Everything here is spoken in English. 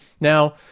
Now